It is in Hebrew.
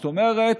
זאת אומרת,